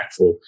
impactful